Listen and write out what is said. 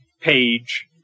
page